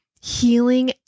healing